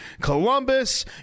Columbus